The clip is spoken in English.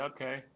Okay